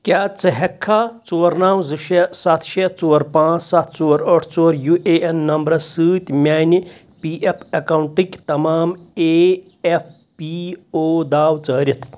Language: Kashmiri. کیٛاہ ژٕ ہیٚکھا ژور نو زٕ شےٚ سَتھ شےٚ ژور پانٛژھ ستھ ژور ٲٹھ ژور یوٗ اے این نمبرس سۭتۍ میانہِ پی ایف اکاؤنٹٕکۍ تمام اے ایف پی او داوٕ ژھٲرِتھ